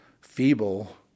feeble